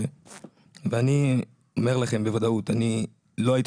אני אומר לכם בוודאות שאני לא הייתי